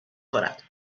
کند